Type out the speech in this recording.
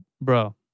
bro